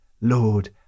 Lord